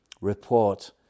report